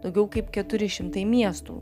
daugiau kaip keturi šimtai miestų